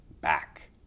back